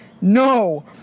no